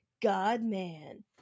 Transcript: God-man